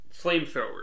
flamethrower